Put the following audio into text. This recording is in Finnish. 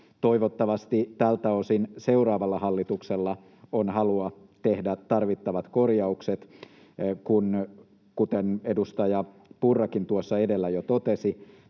Toivottavasti tältä osin seuraavalla hallituksella on halua tehdä tarvittavat korjaukset, kun — kuten edustaja Purrakin tuossa edellä jo totesi